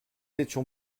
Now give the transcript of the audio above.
étions